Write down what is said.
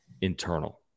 internal